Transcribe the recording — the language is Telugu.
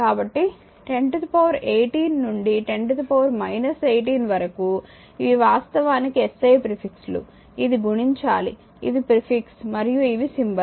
కాబట్టి 1018 నుండి 10 18 వరకు ఇవి వాస్తవానికి SI ప్రిఫిక్స్ లు ఇది గుణించాలి ఇది ప్రిఫిక్స్ మరియు ఇవి సింబల్స్